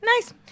Nice